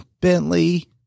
Bentley